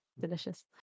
delicious